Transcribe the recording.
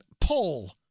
Poll